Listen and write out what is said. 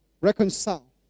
reconcile